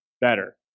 better